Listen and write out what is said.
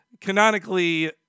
canonically